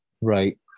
Right